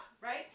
right